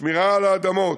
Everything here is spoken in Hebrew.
שמירה על האדמות,